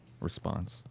response